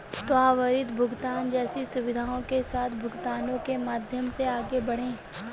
त्वरित भुगतान जैसी सुविधाओं के साथ भुगतानों के माध्यम से आगे बढ़ें